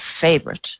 favorite